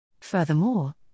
Furthermore